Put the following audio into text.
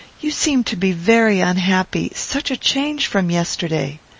you seem to be very unhappy such a change from yesterday!